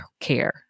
care